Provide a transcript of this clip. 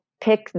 pick